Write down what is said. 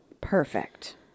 Perfect